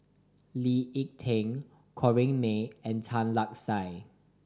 Lee Ek Tieng Corrinne May and Tan Lark Sye